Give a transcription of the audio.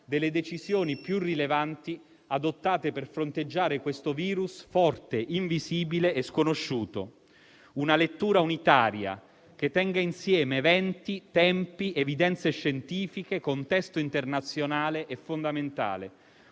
delle decisioni più rilevanti adottate per fronteggiare questo *virus* forte, invisibile e sconosciuto. Una lettura unitaria, che tenga insieme eventi, tempi, evidenze scientifiche, contesto internazionale, è fondamentale;